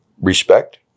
Respect